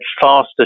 faster